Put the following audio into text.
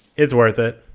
it's worth it.